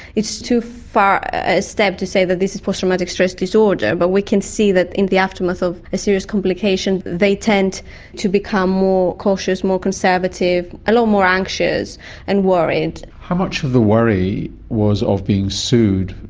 it's too far a step to say that this is post-traumatic stress disorder, but we can see that in the aftermath of a serious complication they tend to become more cautious, more conservative, a lot more anxious and worried. how much of the worry was of being sued?